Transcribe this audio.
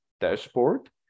dashboard